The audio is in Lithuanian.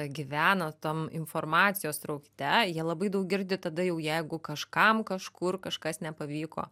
gyvena tam informacijos sraute jie labai daug girdi tada jau jeigu kažkam kažkur kažkas nepavyko